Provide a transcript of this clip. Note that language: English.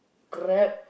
Grab